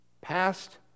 past